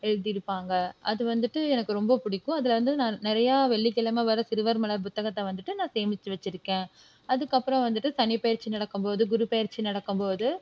எழுதியிருப்பாங்க அது வந்துட்டு எனக்கு ரொம்ப பிடிக்கும் அதில் வந்து நான் நிறையா வெள்ளிக்கிழம வர சிறுவர் மலர் புத்தகத்தை வந்துட்டு நான் சேமிச்சு வைச்சிருக்கேன் அதுக்கப்புறம் வந்துட்டு சனிப்பெயர்ச்சி நடக்கும்போது குருபெயர்ச்சி நடக்கும்போது